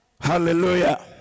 Hallelujah